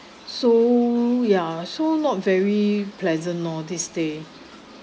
so ya so not very pleasant lor this stay